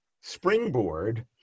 springboard